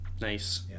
nice